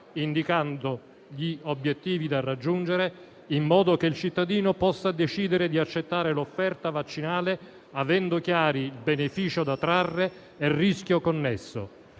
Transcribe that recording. indicando gli obiettivi da raggiungere in modo che il cittadino possa decidere di accettare l'offerta vaccinale avendo chiari il beneficio da trarre e il rischio connesso,